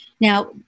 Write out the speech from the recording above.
Now